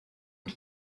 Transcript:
and